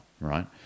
right